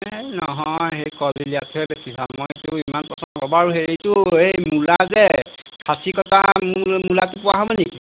এই নহয় সেই কলদিলীয়াটোহে বেছি ভাল মই এইটো ইমান পচন্দ নকৰোঁ বাৰু হেৰি হেৰিটো এই মূলা যে খাচীকটা মূলাটো পোৱা হ'ব নেকি